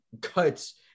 cuts